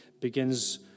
begins